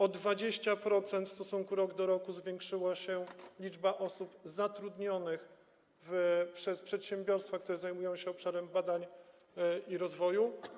O 20% w stosunku rok do roku zwiększyła się liczba osób zatrudnionych przez przedsiębiorstwa, które zajmują się obszarem badań i rozwoju.